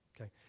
Okay